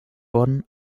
worden